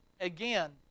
Again